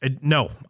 No